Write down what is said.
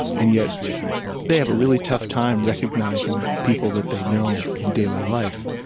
and yet they have a really tough time recognising people that they know in daily life.